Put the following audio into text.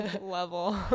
level